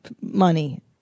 Money